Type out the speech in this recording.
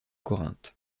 corinthe